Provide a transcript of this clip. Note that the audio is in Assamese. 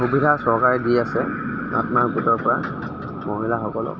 সুবিধা চৰকাৰে দিয়ে আছে আত্মসহায়ক গোটৰ পৰা মহিলাসকলক